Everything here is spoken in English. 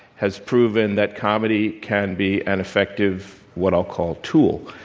has proven that comedy can be an effective, what i'll call, tool.